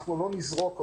אנחנו לא נזרוק אותו.